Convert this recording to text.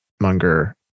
Munger